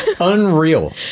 Unreal